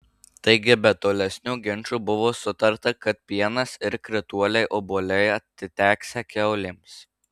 taigi be tolesnių ginčų buvo sutarta kad pienas ir krituoliai obuoliai atiteksią kiaulėms